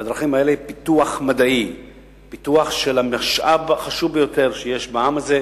והדרכים האלה לפיתוח מדעי הן פיתוח של המשאב החשוב ביותר שיש בעם הזה,